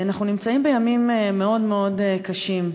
אנחנו נמצאים בימים מאוד מאוד קשים.